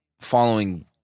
following